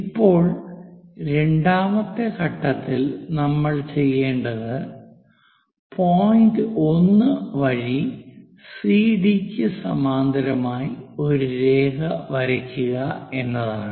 ഇപ്പോൾ രണ്ടാമത്തെ ഘട്ടത്തിൽ നമ്മൾ ചെയ്യേണ്ടത് പോയിന്റ് 1 വഴി സിഡി ക്ക് സമാന്തരമായി ഒരു രേഖ വരയ്ക്കുക എന്നതാണ്